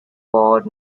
ford